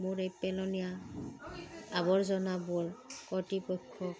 মোৰ এই পেলনীয়া আৱৰ্জনাবোৰ কৰ্তৃপক্ষক